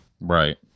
Right